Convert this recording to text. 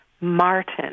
Martin